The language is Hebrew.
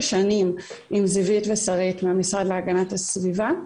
שנים עם זיוית ושרית מהמשרד להגנת הסביבה,